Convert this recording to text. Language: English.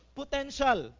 potential